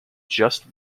just